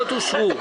הפניות אושרו.